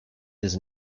does